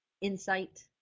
insight